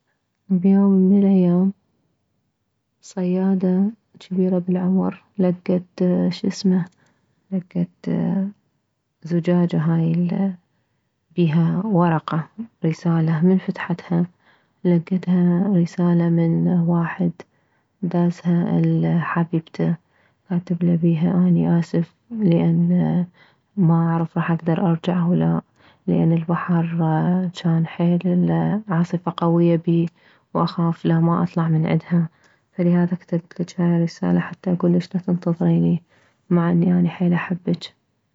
بيوم من الايام صيادة جبيرة بالعمر لكت شسمه لكت زجاجة هاي البيها ورقة رسالة من فتحتها لكتها رسالة من واحد دازها لحبيبته كاتبله بيها اني اسف لان ما اعرف راح اكدر ارجع او لا لان البحر جان حيل عاصفة قوية بيه واخاف لا ما اطلع من عدها فلهذا كتبتلج هاي الرسالة حتى اكلج لا تنتظريني مع انه اني حيل احبج